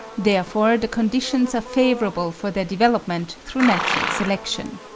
therefore the conditions are favourable for their development through natural selection.